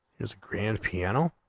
is grand piano